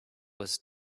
was